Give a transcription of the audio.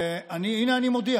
הינה, אני מודיע